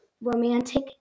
romantic